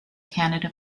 canada